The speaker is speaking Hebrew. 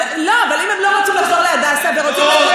אבל אם הם לא רוצים לחזור להדסה ורוצים,